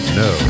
no